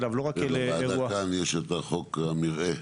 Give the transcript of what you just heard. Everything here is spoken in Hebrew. גם בוועדה כאן יש את 'חוק המרעה'.